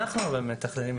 אנחנו מתכללים את כל הסיפור.